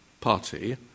party